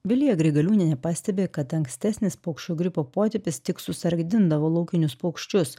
vilija grigaliūnienė pastebi kad ankstesnis paukščių gripo potipis tik susargdindavo laukinius paukščius